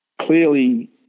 clearly